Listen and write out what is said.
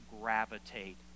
gravitate